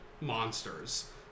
monsters